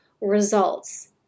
results